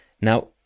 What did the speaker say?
Now